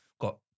got